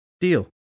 Deal